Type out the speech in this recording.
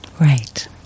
Right